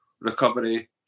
recovery